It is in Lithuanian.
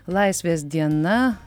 laisvės diena